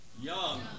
young